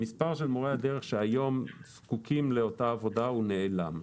המספר של מורי הדרך שהיום זקוקים לאותה עבודה הוא נעלם.